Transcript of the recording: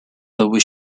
double